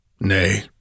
Nay